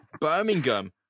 Birmingham